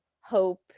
hope